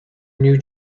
new